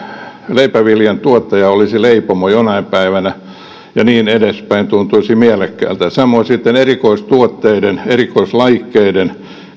leipäviljan tuottaja olisi leipomo jonain päivänä ja niin edespäin tuntuisi mielekkäältä samoin erikoistuotteiden erikoislajikkeiden